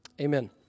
Amen